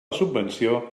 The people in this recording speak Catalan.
subvenció